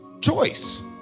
Choice